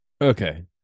Okay